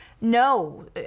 no